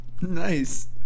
Nice